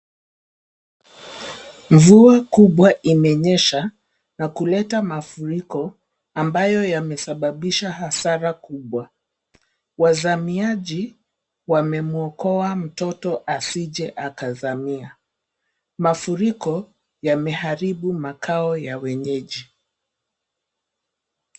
Mvua kubwa imenyesha na kuleta mafuriko ambayo yamesababisha hasara kubwa. Wazamiaji wamemuokoa mtoto asije akazamia. Mafuriko yameharibu makao ya wenyeji.